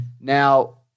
now